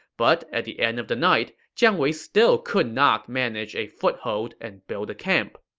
but at the end of the night, jiang wei still could not manage a foothold and build a camp